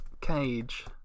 cage